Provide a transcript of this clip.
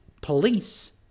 police